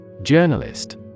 Journalist